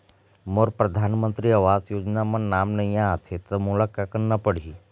मोर परधानमंतरी आवास योजना म नाम नई आत हे त मोला का करना पड़ही?